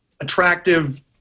attractive